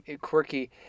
quirky